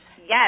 Yes